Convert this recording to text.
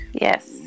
yes